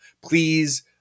please